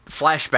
flashback